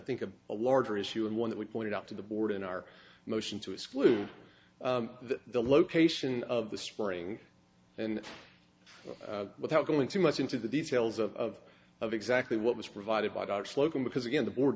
think of a larger issue and one that we pointed out to the board in our motion to exclude the location of the spring and without going too much into the details of exactly what was provided by god slocum because again the board